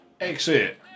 Exit